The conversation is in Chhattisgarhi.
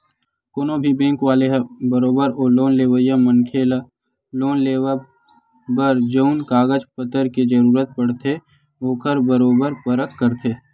कोनो भी बेंक वाले ह बरोबर ओ लोन लेवइया मनखे ल लोन लेवब बर जउन कागज पतर के जरुरत पड़थे ओखर बरोबर परख करथे